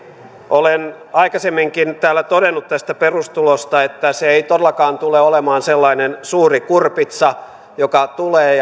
olen aikaisemminkin täällä todennut tästä perustulosta että se ei todellakaan tule olemaan sellainen suuri kurpitsa joka tulee ja